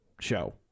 show